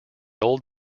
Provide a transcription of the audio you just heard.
old